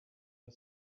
are